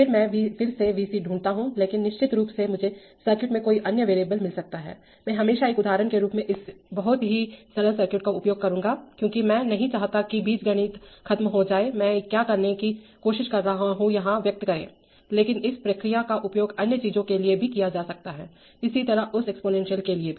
फिर मैं फिर से V c ढूंढता हूं लेकिन निश्चित रूप से मुझे सर्किट में कोई अन्य वेरिएबल मिल सकता है मैं हमेशा एक उदाहरण के रूप में इस बहुत ही सरल सर्किट का उपयोग करूंगा क्योंकि मैं नहीं चाहता कि बीजगणित खत्म हो जाए मैं क्या करने की कोशिश कर रहा हूं यहां व्यक्त करें लेकिन इस प्रक्रिया का उपयोग अन्य चीजों के लिए भी किया जा सकता है इसी तरह उस एक्सपोनेंशियल के लिए भी